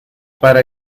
para